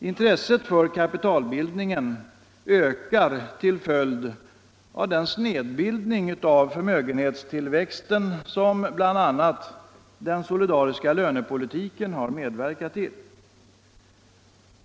Intresset för kapitalbildningen ökar till följd av den snedvridning av förmögenhetstillväxten som bl.a. den solidariska lönepolitiken har medverkat till.